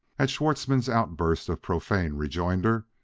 at schwartzmann's outburst of profane rejoinder,